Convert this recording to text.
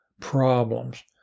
problems